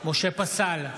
משה פסל,